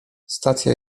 stacja